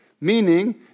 Meaning